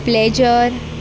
pleasure